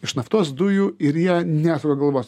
iš naftos dujų ir jie nesuka galvos